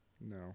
No